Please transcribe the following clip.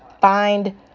find